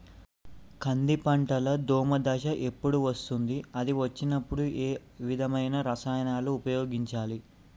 కంది పంటలో దోమ దశ ఎప్పుడు వస్తుంది అది వచ్చినప్పుడు ఏ విధమైన రసాయనాలు ఉపయోగించాలి?